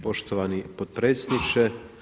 Poštovani potpredsjedniče.